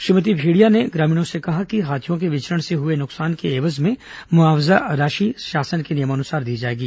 श्रीमती भेंड़िया ने ग्रामीणों से कहा कि हाथियों के विचरण से हुए नुकसान के एवज में मुआवजा राशि शासन के नियमानुसार दी जाएगी